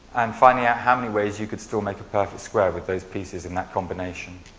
and finding out how many ways you can still make a perfect square with those pieces in that combination.